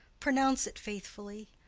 pronounce it faithfully.